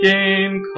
Game